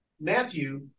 Matthew